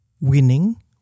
winning